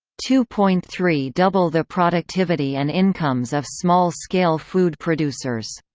two point three double the productivity and incomes of small-scale food producers.